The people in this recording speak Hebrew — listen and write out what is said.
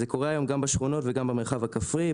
זה קורה היום גם בשכונות וגם במרחב הכפרי,